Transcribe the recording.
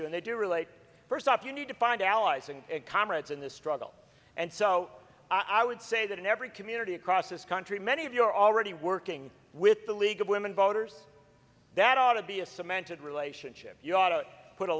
you and they do relate first off you need to find allies and comrades in the struggle and so i would say that in every community across this country many of you are already working with the league of women voters that ought to be a cemented relationship you ought to put a